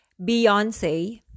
Beyonce